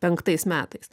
penktais metais